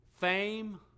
fame